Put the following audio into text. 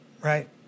Right